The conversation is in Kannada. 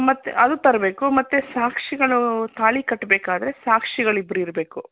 ಮತ್ತು ಅದು ತರಬೇಕು ಮತ್ತು ಸಾಕ್ಷಿಗಳು ತಾಳಿ ಕಟ್ಬೇಕಾದರೆ ಸಾಕ್ಷಿಗಳು ಇಬ್ರು ಇರಬೇಕು